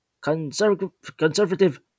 conservative